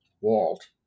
Walt